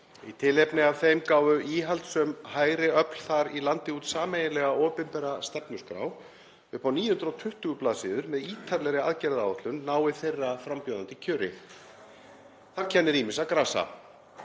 Í tilefni af þeim gáfu íhaldssöm hægri öfl þar í landi út sameiginlega opinbera stefnuskrá upp á 920 bls. með ítarlegri aðgerðaáætlun nái þeirra frambjóðandi kjöri. Þar kennir ýmissa grasa.